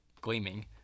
gleaming